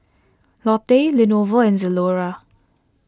Lotte Lenovo and Zalora